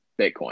Bitcoin